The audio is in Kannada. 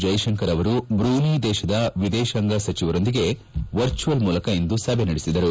ಜೈಶಂಕರ್ ಅವರು ಬ್ರೂನಿ ವಿದೇಶಾಂಗ ಸಚಿವರೊಂದಿಗೆ ವರ್ಚುವಲ್ ಮೂಲಕ ಇಂದು ಸಭೆ ನಡೆಸಿದರು